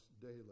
daily